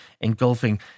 engulfing